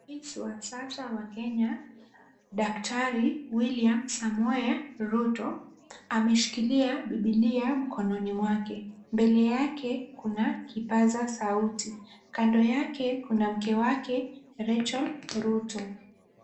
Rais wa sasa wa Kenya Daktari William Samoei Ruto, ameshikilia Bibilia mkononi mwake. Mbele yake kuna kipaza sauti. Kando yake kuna mke wake Rachael Ruto.